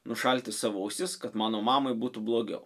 nušalti savo ausis kad mano mamai būtų blogiau